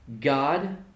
God